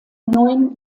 neun